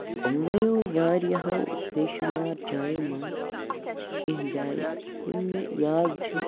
أموَیو واریاہَو بیشمار جایَو منٛز کیٚنہہ جایہِ یِم مےٚ یاد چھِ